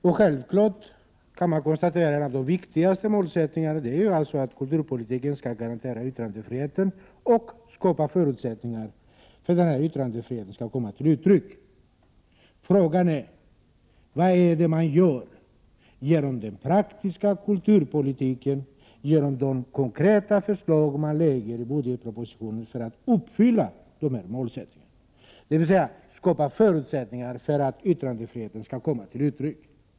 Och självfallet kan man konstatera att det viktigaste målet är att kulturpolitiken skall garantera yttrandefriheten och skapa förutsättningar för att denna skall kunna komma till uttryck. Frågan är: Vad gör man i den praktiska kulturpolitiken och genom de konkreta förslag som läggs fram i budgetpropositionen för att målet skall kunna uppnås? Vad gör man alltså för att skapa förutsättningar för att yttrandefriheten skall kunna komma till uttryck?